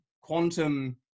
quantum